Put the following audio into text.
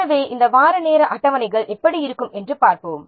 எனவே இந்த வார நேர அட்டவணைகள் எப்படி இருக்கும் என்று பார்ப்போம்